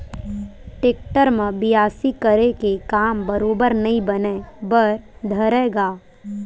tractor म बियासी करे के काम बरोबर नइ बने बर धरय गा